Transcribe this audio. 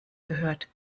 gehört